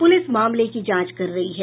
police मामले की जांच कर रही है